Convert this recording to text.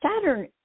Saturn